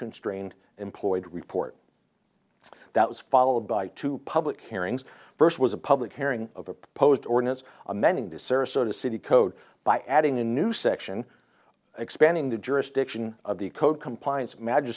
constrained employed report that was followed by two public hearings first was a public hearing of a proposed ordinance amending the sarasota city code by adding a new section expanding the jurisdiction of the code compliance magi